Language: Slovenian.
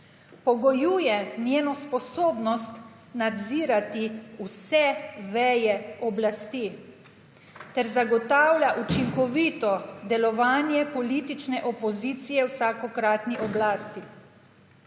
pogojuje njeno sposobnost nadzirati vse veje oblasti ter zagotavlja učinkovito delovanje politične opozicije vsakokratni oblasti.